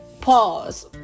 pause